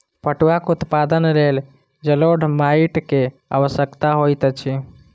पटुआक उत्पादनक लेल जलोढ़ माइट के आवश्यकता होइत अछि